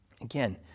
Again